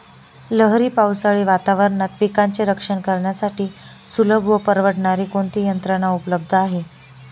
लहरी पावसाळी वातावरणात पिकांचे रक्षण करण्यासाठी सुलभ व परवडणारी कोणती यंत्रणा उपलब्ध आहे?